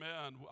Amen